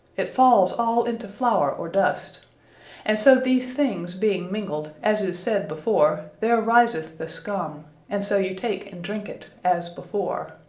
it falls all into flowre, or dust and so these things being mingled, as is said before, there riseth the scum and so you take and drink it, as before.